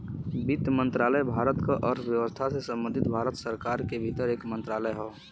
वित्त मंत्रालय भारत क अर्थव्यवस्था से संबंधित भारत सरकार के भीतर एक मंत्रालय हौ